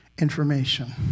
Information